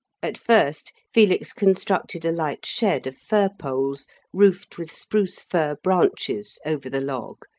at first felix constructed a light shed of fir poles roofed with spruce-fir branches over the log,